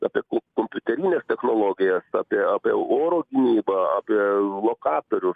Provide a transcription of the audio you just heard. apie kompiuterines technologijas apie apie oro gynybą apie lokatorius